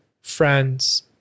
friends